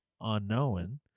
unknown